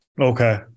Okay